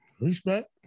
Respect